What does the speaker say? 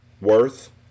Worth